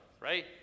Right